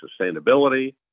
sustainability